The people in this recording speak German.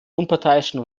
unparteiischen